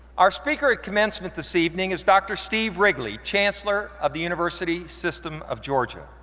our speaker at commencement this evening is dr. steve wrigley, chancellor of the university system of georgia.